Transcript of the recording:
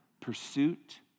pursuit